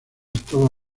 estaba